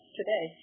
today